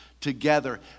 together